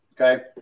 Okay